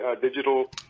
digital